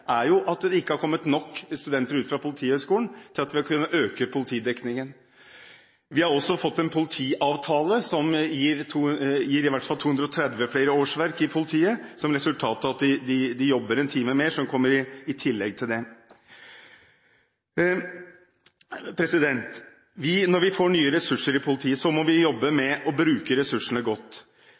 er at det ikke har kommet nok studenter fra Politihøgskolen til at vi har kunnet øke politidekningen. Vi har også fått en politiavtale, som gir i hvert fall 230 flere årsverk i politiet, som resultat av at de jobber en time mer, som kommer i tillegg til det. Når vi får nye ressurser i politiet, må vi jobbe med å bruke ressursene godt,